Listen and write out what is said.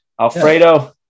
Alfredo